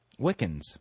Wiccans